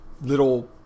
little